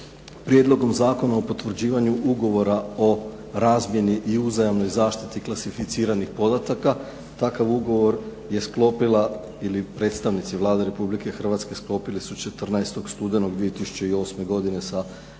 Prijedlogom zakona o potvrđivanju ugovora o razmjeni i uzajamnoj zaštiti klasificiranih podataka. Takav ugovor je sklopila ili predstavnici Vlade Republike Hrvatske sklopili su 14. studenog 2008. godine sa